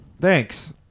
Thanks